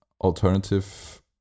alternative